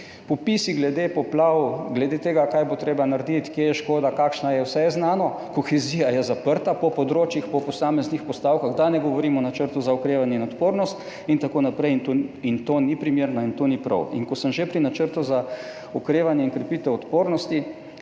Popisi glede poplav, glede tega, kaj bo treba narediti, kje je škoda, kakšna je, vse je znano, kohezija je zaprta po področjih, po posameznih postavkah, da ne govorim o Načrtu za okrevanje in odpornost in tako naprej. To ni primerno in to ni prav. In ko sem že pri načrtu za okrevanje in krepitev odpornosti,